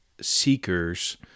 seekers